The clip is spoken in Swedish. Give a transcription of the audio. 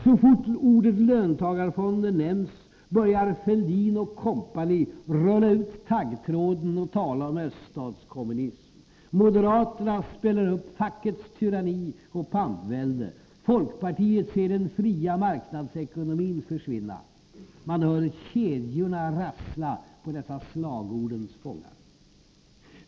Så fort ordet löntagarfonder nämns, börjar Fälldin och kompani rulla ut taggtråden och tala om öststatskommunism, moderaterna spelar upp fackets tyranni och pampvälde, folkpartiet ser den fria marknadsekonomin försvinna. Man hör kedjorna rassla på dessa slagordens fångar.